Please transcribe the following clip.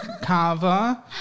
Cava